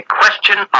question